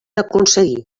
aconseguir